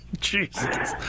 Jesus